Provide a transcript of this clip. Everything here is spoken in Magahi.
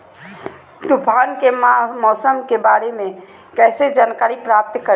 तूफान के मौसम के बारे में कैसे जानकारी प्राप्त करें?